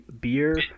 beer